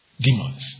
demons